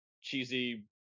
cheesy